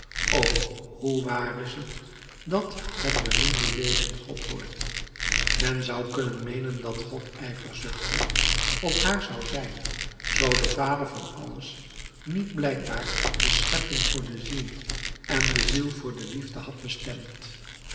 o hoe waar is het dat het beminde wezen god wordt men zou kunnen meenen dat god ijverzuchtig op haar zou zijn zoo de vader van alles niet blijkbaar de schepping voor de ziel en de ziel voor de liefde had bestemd